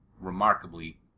remarkably